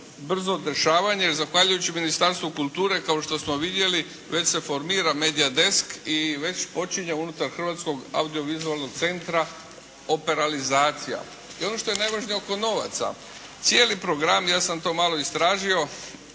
ne razumije./… Zahvaljujući Ministarstvu kulture kao što smo vidjeli već se formira MEDIA Desk i već počinje unutar Hrvatskog audio-vizualnog centra operalizacija. I ono što je najvažnije oko novaca. Cijeli program ja sam to malo istražio